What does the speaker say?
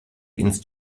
ins